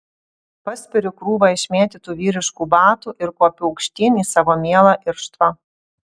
paspiriu krūvą išmėtytų vyriškų batų ir kopiu aukštyn į savo mielą irštvą